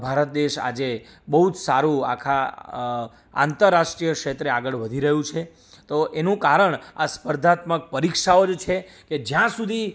ભારત દેશ આજે બહુ જ સારું આખા આંતરરાષ્ટ્રીય ક્ષેત્રે આગળ વધી રહ્યું છે તો એનું કારણ આ સ્પર્ધાત્મક પરીક્ષાઓ જ છે કે જ્યાં સુધી